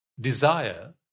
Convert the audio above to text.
desire